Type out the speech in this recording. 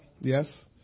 Yes